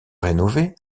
rénové